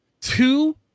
two